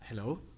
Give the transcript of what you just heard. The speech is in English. Hello